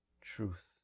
truth